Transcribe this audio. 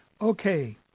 Okay